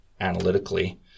analytically